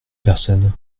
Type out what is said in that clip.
personnes